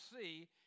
see